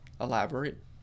Elaborate